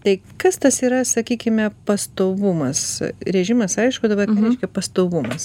tai kas tas yra sakykime pastovumas režimas aišku dabar ką reiškia pastovumas